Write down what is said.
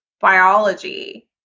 biology